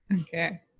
Okay